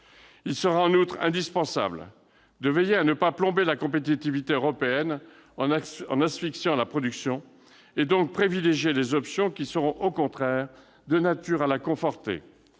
Il sera en outre indispensable de veiller à ne pas plomber la compétitivité européenne en asphyxiant la production, et donc privilégier les options qui seront au contraire de nature à la conforter,